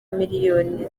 miliyoni